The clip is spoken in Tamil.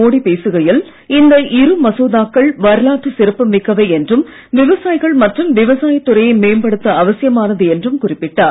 மோடி பேசுகையில் இந்த இரு மசோதாக்கள் வரலாற்று சிறப்பு மிக்கவை என்றும் விவசாயிகள் மற்றும் விவசாயத் துறையை மேம்படுத்த அவசியமானது என்றும் குறிப்பிட்டார்